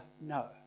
No